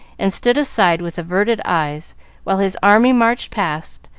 and stood aside with averted eyes while his army marched past,